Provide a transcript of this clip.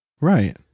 Right